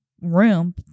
room